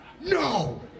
No